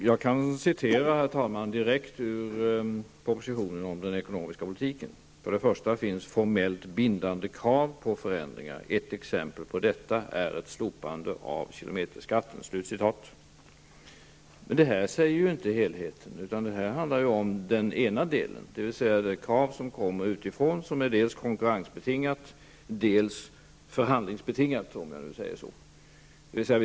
Herr talman! Jag kan citera direkt ur propositionen om den ekonomiska politiken: ''För det första finns formellt bindande krav på förändringar. Ett exempel på detta är ett slopande av kilometerskatten.'' Detta säger ingenting om helheten. Det handlar här om den ena delen, dvs. det krav som kommer utifrån som dels är konkurrensbetingat, dels förhandlingsbetingat, om jag uttrycker det så.